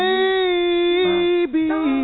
Baby